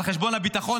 על חשבון הביטחון,